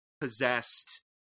possessed